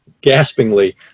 gaspingly